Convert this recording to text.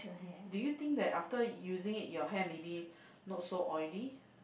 do you think that after using it your hair maybe not so oily